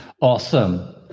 awesome